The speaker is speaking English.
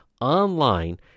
online